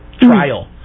trial